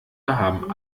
haben